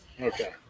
Okay